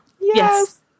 Yes